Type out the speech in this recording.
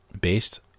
based